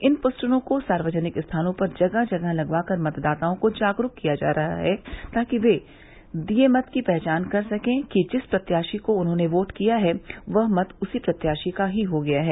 इन पोस्टरों को सार्वजनिक स्थानों पर जगह जगह लगवाकर मतदाताओं को जागरूक किया जा रहा है ताकि वे अपने दिये मत की पहचान कर सके कि जिस प्रत्याशी को उसने वोट दिया है वह मत उसी प्रत्याशी को ही गया है